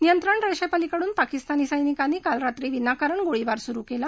नियंत्रण रेषेपलिकडून पाकिस्तानी सैनिकानीं काल रात्री विनाकारण गोळीबार सुरु केला